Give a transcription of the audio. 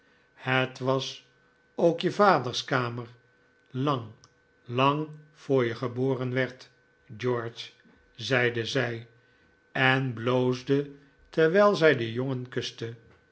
het was ook je vaders kamer lang lang voor je geboren werd george zeide zij en bloosde terwijl zij den jongen kuste